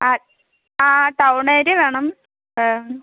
ആ town area വേണം ആ